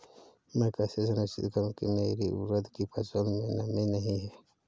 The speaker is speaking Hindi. मैं कैसे सुनिश्चित करूँ की मेरी उड़द की फसल में नमी नहीं है?